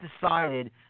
decided